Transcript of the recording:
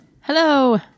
Hello